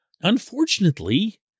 unfortunately